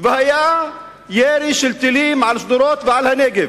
והיה ירי של טילים על שדרות ועל הנגב,